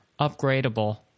upgradable